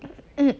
mm